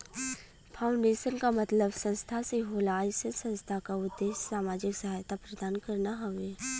foundation क मतलब संस्था से होला अइसन संस्था क उद्देश्य सामाजिक सहायता प्रदान करना हउवे